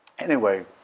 anyway,